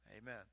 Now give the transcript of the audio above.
Amen